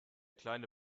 kleine